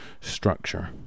structure